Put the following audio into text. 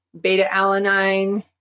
beta-alanine